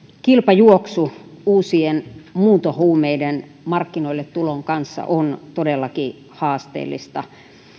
kilpajuoksu uusien muuntohuumeiden markkinoilletulon kanssa on todellakin haasteellista